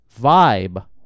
vibe